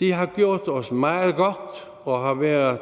De har gjort os meget godt og har været